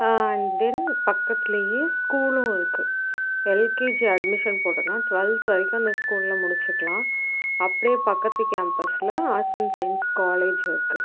தென் பக்கத்துலையே ஸ்கூலும் இருக்கு எல்கேஜி அட்மிஷன் போட்டோன்னா ட்வெல்த் வரைக்கும் அந்த ஸ்கூலில் முடிச்சுக்கலாம் அப்படியே பக்கத்து கேம்பஸில் ஆர்ட்ஸ் அண்ட் சைன்ஸ் காலேஜ் இருக்கு